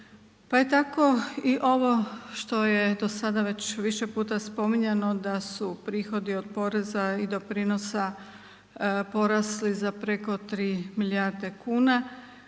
Pa je tako i ovo što je do sada već više puta spominjano da su prihodi od poreza i doprinosa porasli za preko 3 milijarde kuna